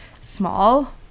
small